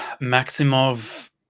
Maximov